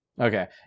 Okay